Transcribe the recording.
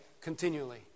continually